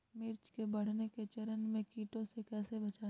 मिर्च के बढ़ने के चरण में कीटों से कैसे बचये?